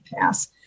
pass